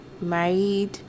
married